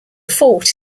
fort